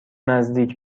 نزدیک